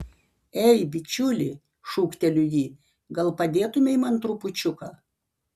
ei bičiuli šūkteliu jį gal padėtumei man trupučiuką